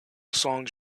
songs